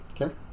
Okay